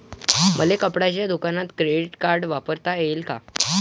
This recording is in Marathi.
मले कपड्याच्या दुकानात क्रेडिट कार्ड वापरता येईन का?